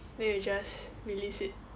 then you just release it